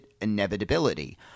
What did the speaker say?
inevitability